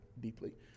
deeply